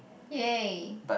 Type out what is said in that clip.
yay